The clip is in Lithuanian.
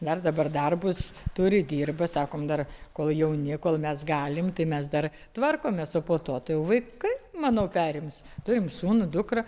dar dabar darbus turi dirba sakom dar kol jauni kol mes galim tai mes dar tvarkomės o po to tai jau vaikai manau perims turim sūnų dukrą